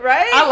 Right